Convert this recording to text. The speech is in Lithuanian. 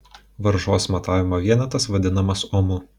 varžos matavimo vienetas vadinamas omu